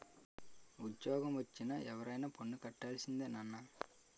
ఉజ్జోగమొచ్చిన ఎవరైనా పన్ను కట్టాల్సిందే నాన్నా